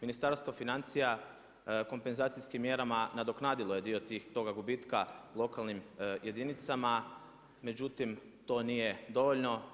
Ministarstvo financija kompenzacijskim mjerama nadoknadilo je dio toga gubitka lokalnim jedinicama, međutim to nije dovoljno.